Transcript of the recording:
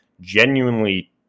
genuinely